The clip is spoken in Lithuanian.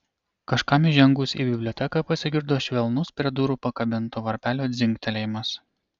kažkam įžengus į biblioteką pasigirdo švelnus prie durų pakabinto varpelio dzingtelėjimas